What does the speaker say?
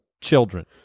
children